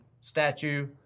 statue